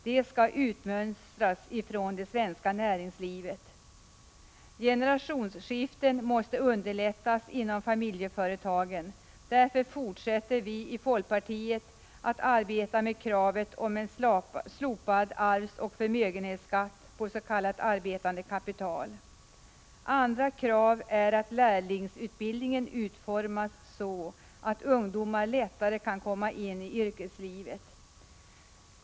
De skall utmönstras ifrån det svenska näringslivet. Generationsskiften måste underlättas inom familjeföretagen — därför fortsätter vi i folkpartiet att driva kravet om en slopad arvsoch förmögenhetsskatt på s.k. arbetande kapital. Andra krav är att lärlingsutbildningen skall utformas så att ungdomar lättare kan komma in i yrkeslivet.